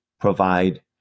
provide